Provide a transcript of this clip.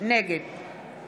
נגד